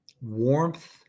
warmth